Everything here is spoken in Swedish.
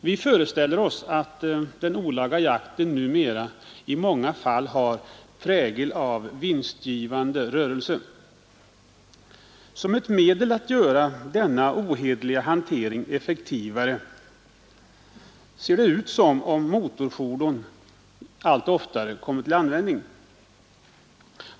Vi föreställer oss att den olaga jakten numera i många fall har prägel av vinstgivande rörelse. Som ett medel att göra denna ohederliga hantering effektivare ser det också ut som om motorfordon allt oftare kommer till användning.